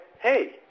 hey